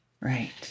Right